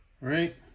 Right